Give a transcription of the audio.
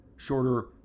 Shorter